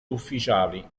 ufficiali